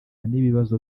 n’ibibazo